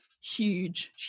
huge